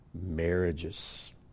marriages